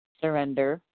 surrender